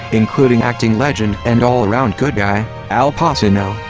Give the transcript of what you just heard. including acting legend and all around good guy, al pacino,